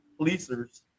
policers